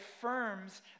affirms